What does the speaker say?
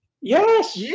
Yes